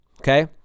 okay